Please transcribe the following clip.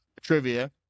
trivia